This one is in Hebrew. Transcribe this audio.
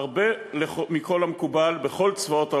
הרבה מכל המקובל בכל צבאות העולם.